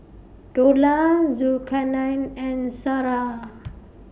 Dollah Zulkarnain and Sarah